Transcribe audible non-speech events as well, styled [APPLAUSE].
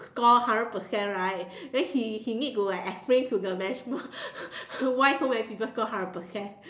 score hundred percent right then he he need to explain to the management [LAUGHS] why so many people score hundred percent